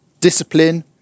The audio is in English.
discipline